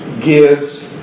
gives